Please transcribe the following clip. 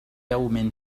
يوم